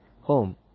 Home